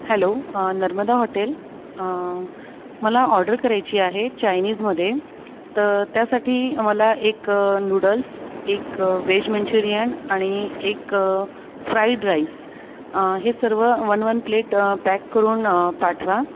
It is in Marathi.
हॅलो नर्मदा हॉटेल मला ऑर्डर करायची आहे चायनिजमधे तर त्यासाठी मला एक नूडल्स एक व्हेज मंचूरियन आणि एक फ्राइड राइस हे सर्व वन वन प्लेट पॅक करून पाठवा